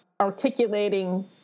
articulating